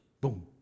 Boom